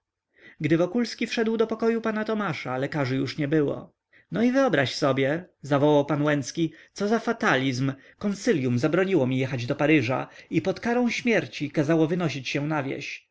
gdy wokulski wszedł do pokoju pana tomasza lekarzy już nie było no i wyobraź sobie zawołał pan łęcki co za fatalizm konsylium zabroniło mi jechać do paryża i pod karą śmierci kazało wynosić się na wieś